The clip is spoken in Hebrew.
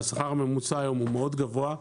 והשכר הממוצע היום הוא מאוד גבוה.